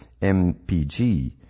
MPG